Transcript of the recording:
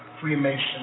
Freemason